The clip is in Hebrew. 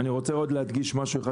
אני רוצה להדגיש עוד משהו אחד,